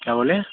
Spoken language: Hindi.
क्या बोले